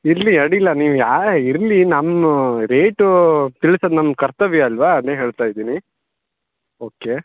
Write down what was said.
ಇರಲಿ ಅಡ್ಡಿಯಿಲ್ಲ ನೀವು ಯಾ ಇರಲಿ ನಮ್ಮ ರೇಟೂ ತಿಳ್ಸೋದು ನಮ್ಮ ಕರ್ತವ್ಯ ಅಲ್ವ ಅದ್ನೆ ಹೇಳ್ತಾಯಿದೀನಿ ಓಕೆ